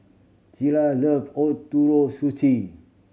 Cilla love Ootoro Sushi